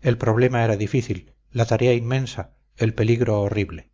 el problema era difícil la tarea inmensa el peligro horrible